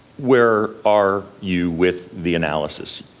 where are you with the analysis?